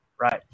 right